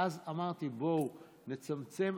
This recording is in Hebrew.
ואז אמרתי: בואו נצמצם.